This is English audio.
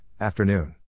afternoon